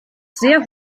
sehr